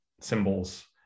symbols